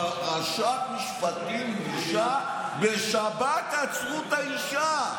פרשת משפטים, בושה, בשבת עצרו את האישה.